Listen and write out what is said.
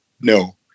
No